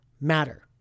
matter